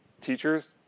Teachers